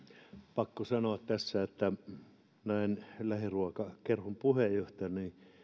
pakko sanoa tässä että näin lähiruokakerhon puheenjohtajana